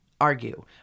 argue